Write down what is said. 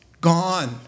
gone